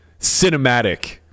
cinematic